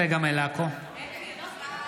משה אבוטבול,